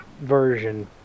version